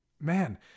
man